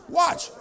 watch